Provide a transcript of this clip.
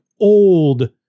old